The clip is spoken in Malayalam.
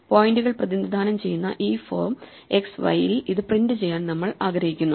പോയിന്റുകൾ പ്രതിനിധാനം ചെയ്യുന്ന ഈ ഫോം X Y ൽ ഇത് പ്രിന്റ് ചെയ്യാൻ നമ്മൾ ആഗ്രഹിക്കുന്നു